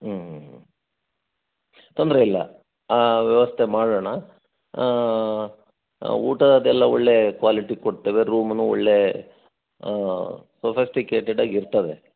ಹ್ಞ್ ಹ್ಞ್ ಹ್ಞ್ ತೊಂದರೆ ಇಲ್ಲ ವ್ಯವಸ್ಥೆ ಮಾಡೋಣ ಊಟಾದೆಲ್ಲ ಒಳ್ಳೆಯ ಕ್ವಾಲಿಟಿ ಕೊಡ್ತೇವೆ ರೂಮ್ನು ಒಳ್ಳೆಯ ಸಫೆಸ್ಟಿಕೇಟೆಡ್ ಆಗಿರ್ತವೆ